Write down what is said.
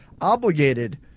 obligated